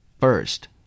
First